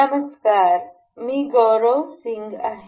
नमस्कार मी गौरव सिंग आहे